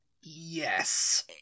Yes